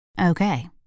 Okay